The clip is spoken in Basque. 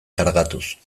kargatuz